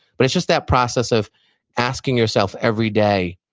but it's just that process of asking yourself every day,